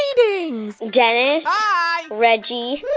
greetings. dennis. hi. reggie.